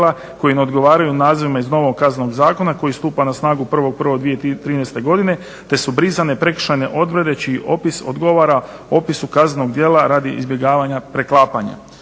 koji ne odgovaraju nazivima iz novog Kaznenog zakona koji stupa na snagu 1.1.2013.godine te su brisane prekršajne odredbe čiji opis odgovara opisu kaznenog djela radi izbjegavanja preklapanja.